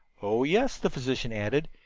oh, yes, the physician added,